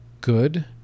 good